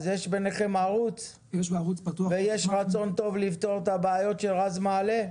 אז יש ביניכם ערוץ ויש רצון טוב לפתור את הבעיות שרז מעלה?